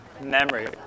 memory